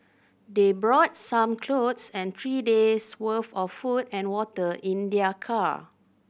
they brought some clothes and three days' worth of food and water in their car